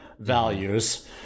values